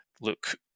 look